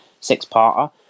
six-parter